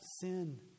sin